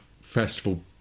festival